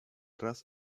raz